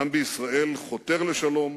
העם בישראל חותר לשלום,